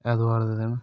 ऐतवार दे दिन